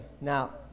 Now